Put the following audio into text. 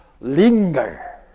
linger